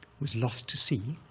was lost to sea,